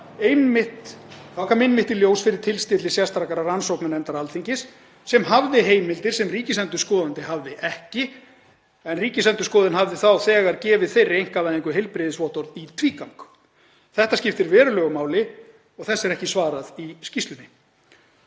aðila. Það kom einmitt í ljós fyrir tilstilli sérstakrar rannsóknarnefndar Alþingis sem hafði heimildir sem ríkisendurskoðandi hafði ekki, en Ríkisendurskoðun hafði þá þegar gefið þeirri einkavæðingu heilbrigðisvottorð í tvígang. Þetta skiptir verulegu máli og þessu er ekki svarað í skýrslunni.